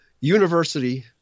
university